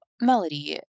Melody